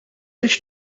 rridx